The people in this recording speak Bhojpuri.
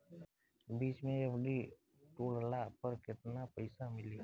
बीच मे एफ.डी तुड़ला पर केतना पईसा मिली?